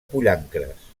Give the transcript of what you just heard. pollancres